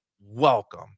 Welcome